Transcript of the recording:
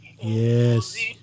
Yes